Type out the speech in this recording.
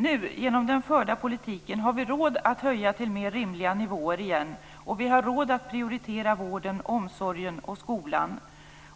Nu har vi genom den förda politiken råd att höja den till mer rimliga nivåer igen, och vi har råd att prioritera vården, omsorgen och skolan.